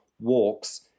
walks